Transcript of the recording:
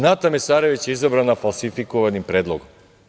Nata Mesarević je izabrana falsifikovanim predlogom.